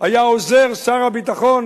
היה עוזר שר הביטחון